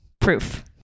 proof